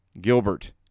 Gilbert